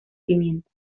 pimienta